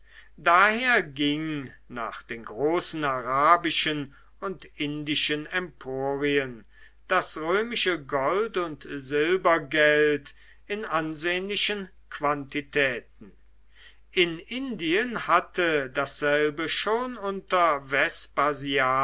daher ging nach den großen arabischen und indischen emporien das römische gold und silbergeld in ansehnlichen quantitäten in indien hatte dasselbe schon unter